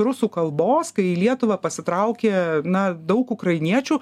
rusų kalbos kai į lietuvą pasitraukia na daug ukrainiečių